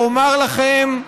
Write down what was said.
ואומר לכם,